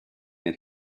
that